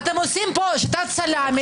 אתם עושים פה את שיטת הסלאמי,